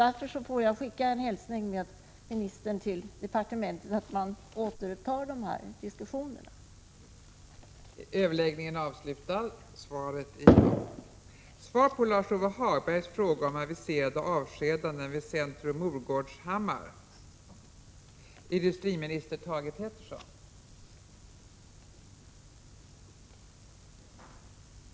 Därför vill jag skicka en hälsning med statsrådet till departementet att man där åter tar upp diskussionerna i denna fråga.